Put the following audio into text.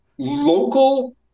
local